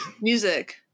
music